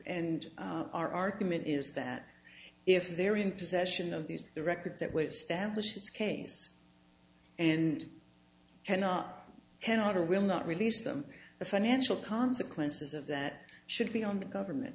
and our argument is that if they are in possession of these the records at which standish's case and cannot cannot or will not release them the financial consequences of that should be on the government